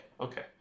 okay